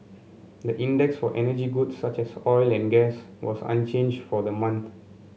the index for energy goods such as oil and gas was unchanged for the month